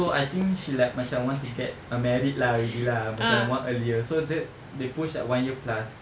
so I think she like macam want to get uh married lah already lah macam more earlier so ju~ they push like one year plus